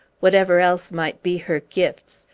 whatever else might be her gifts,